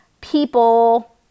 people